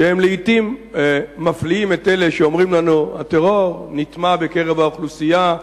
שהם לעתים מפליאים את אלה שאומרים לנו: הטרור נטמע בקרב האוכלוסייה,